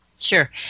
Sure